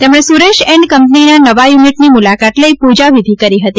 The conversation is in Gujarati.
તેમણે સુરેશ એન્ડ કંપનીના નવા યુનિટની મૂલાકાત લઇ પૂજાવિધિ કરી હતી